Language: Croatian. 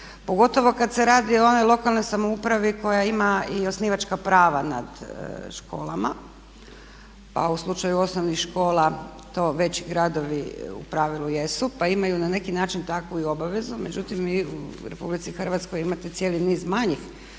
pogotovo kad se radi o onoj lokalnoj samoupravi koja ima i osnivačka prava nad školama pa u slučaju osnovnih škola to veći gradovi u pravilu jesu pa imaju na neki način takvu i obavezu. Međutim, vi u RH imate cijeli niz manjih